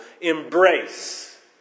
embrace